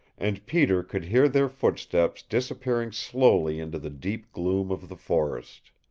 and peter could hear their footsteps disappearing slowly into the deep gloom of the forest.